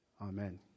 Amen